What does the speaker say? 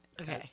Okay